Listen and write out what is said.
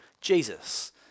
Jesus